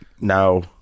No